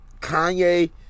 Kanye